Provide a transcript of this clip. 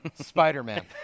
Spider-Man